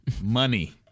Money